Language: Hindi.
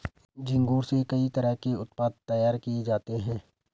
झींगुर से कई तरह के उत्पाद तैयार किये जाते है